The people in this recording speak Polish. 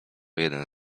jeden